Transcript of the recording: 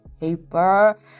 paper